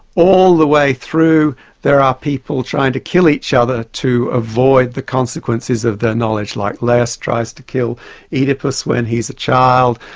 all the way through there are people trying to kill each other to avoid the consequences of their knowledge, like laius tries to kill oedipus when he's a child.